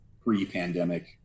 pre-pandemic